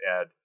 add